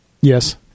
Yes